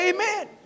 Amen